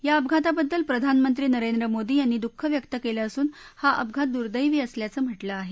या अपघाताबद्दल प्रधानमंत्री नरेंद्र मोदी यांनी दुःख व्यक्त केलं असून हा अपघात दुर्देवी असल्याचं म्हटलं आहे